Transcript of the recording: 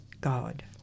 God